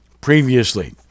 previously